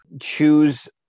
choose